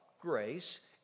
grace